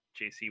JC